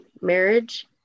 marriage